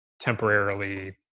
temporarily